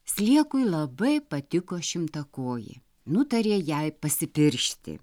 sliekui labai patiko šimtakojė nutarė jai pasipiršti